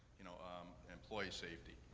you know, um, employee safety.